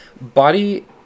body